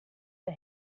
der